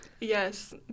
Yes